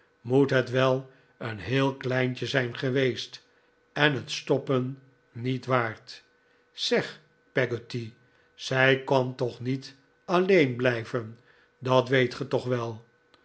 moet het wel een heel kleintje zijn geweest en het stoppen niet waard zeg peggotty zij kan toch niet alleen blijven dat weet ge toch wel